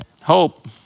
Hope